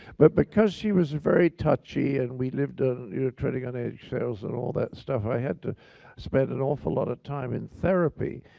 but because she was very touchy, and we live you know treading on eggshells and all that stuff, i had to spend an awful lot of time in therapy.